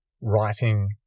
writing